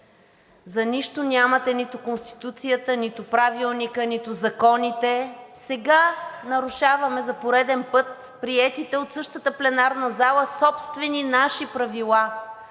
за нищо нямате нито Конституцията, нито Правилника, нито законите. Сега нарушаваме за пореден път приетите от същата пленарна зала собствени наши правила.